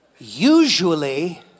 Usually